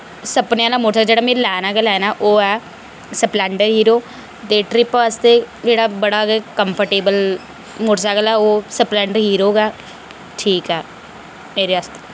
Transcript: सपने आह्ला मोटरसैकल जेह्ड़ा में लैना गै लैना ओह् ऐ स्प्लेंडर हीरो ते ट्रिप आस्तै जेह्ड़ा बड़ा गै कम्फर्टेबल मोटरसैकल ऐ ओ स्प्लेंडर हीरो ऐ ठीक ऐ मेरे आस्तै